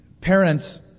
parents